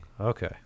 okay